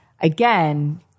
again